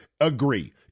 agree